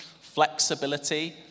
flexibility